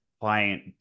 client